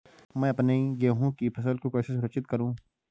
मैं अपनी गेहूँ की फसल को कैसे सुरक्षित करूँ?